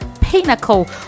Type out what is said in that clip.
pinnacle